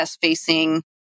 facing